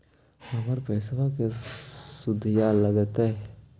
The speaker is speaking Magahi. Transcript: हमर पैसाबा के शुद्ध लगतै?